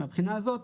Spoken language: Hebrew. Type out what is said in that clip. מהבחינה הזאת,